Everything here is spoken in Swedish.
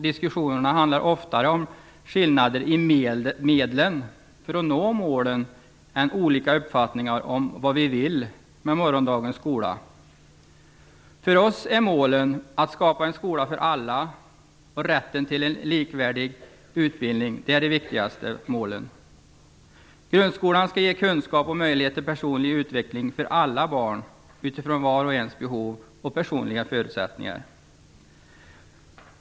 Diskussionerna handlar oftare om skillnaderna i medlen för att man skall nå målen än om olika uppfattningar om vad vi vill med morgondagens skola. För oss är de viktigaste målen att skapa en skola för alla och att alla skall ha rätt till en likvärdig utbildning. Grundskolan skall ge alla barn kunskap och möjlighet till personlig utveckling utifrån var och ens behov och personliga förutsättningar.